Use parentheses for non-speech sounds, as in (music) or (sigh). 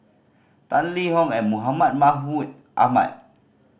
Tan Lee (unintelligible) Mahmud (unintelligible) Ahmad